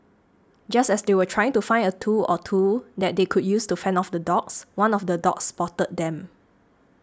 just as they were trying to find a tool or two that they could use to fend off the dogs one of the dogs spotted them